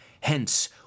Hence